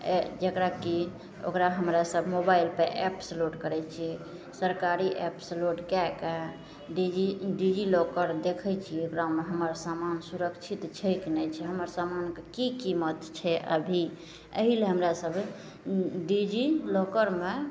ए जकरा कि ओकरा हमरासभ मोबाइलसे एप्स लोड करै छिए सरकारी एप्सके लोड कै के डिजी डिजी लॉकर देखै छिए ओकरामे हमर समान सुरक्षित छै कि नहि छै हमर समान कि कीमत छै अभी एहिलए हमरासभ डिजी लॉकरमे